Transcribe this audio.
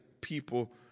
people